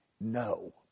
No